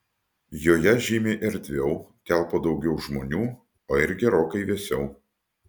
joje žymiai erdviau telpa daugiau žmonių o ir gerokai vėsiau